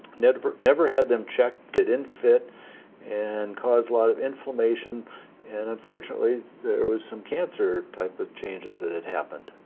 never never had them checked, they didn't fit and caused a lot of inflammation and unfortunately there was some cancer-type of changes that had happened.